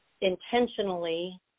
intentionally